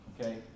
okay